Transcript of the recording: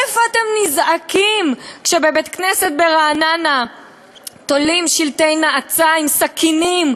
איפה אתם נזעקים כשבבית-כנסת ברעננה תולים שלטי נאצה עם סכינים,